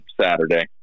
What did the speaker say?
Saturday